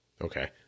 Okay